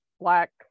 black